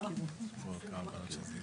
ציפי,